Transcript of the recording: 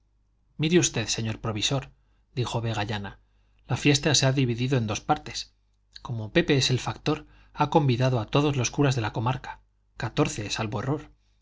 mire usted señor provisor dijo vegallana la fiesta se ha dividido en dos partes como pepe es el factor ha convidado a todos los curas de la comarca catorce salvo error